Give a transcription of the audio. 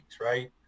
right